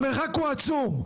המרחק הוא עצום.